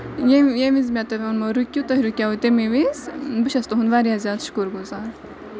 ییٚمہِ ییٚمہِ وِز مےٚ تۄہہِ ووٚنمو رُکِو تُہۍ رُکیوٕ تَمے وِز بہٕ چھَس تُہُند واریاہ زیادٕ شُکُر گُزار